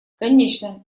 конечно